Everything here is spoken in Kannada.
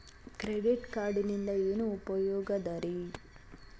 ಕ್ರೆಡಿಟ್ ಕಾರ್ಡಿನಿಂದ ಏನು ಉಪಯೋಗದರಿ?